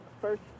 first